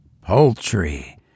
poultry